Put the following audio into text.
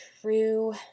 true